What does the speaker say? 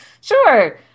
Sure